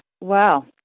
wow